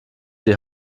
die